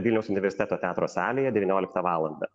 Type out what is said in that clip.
vilniaus universiteto teatro salėje devynioliktą valandą